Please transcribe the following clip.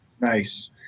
Nice